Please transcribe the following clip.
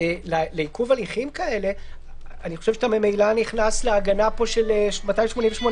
שבכללים לעניין גיבוש רשימת נאמנים הכנסנו את העניין הזה,